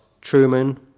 Truman